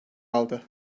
aldı